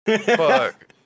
Fuck